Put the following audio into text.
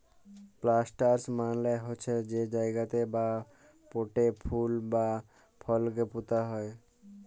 planters মালে হছে যে জায়গাতে বা পটে ফুল বা ফলকে পুঁতা যায়